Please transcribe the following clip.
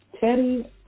Teddy